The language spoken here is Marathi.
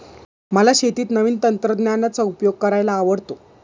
मला शेतीत नवीन तंत्रज्ञानाचा उपयोग करायला आवडतो